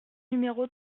numéro